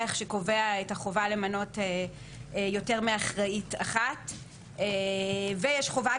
שקובע את החובה למנות יותר מאחראית אחת; ויש גם חובה